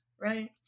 right